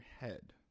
head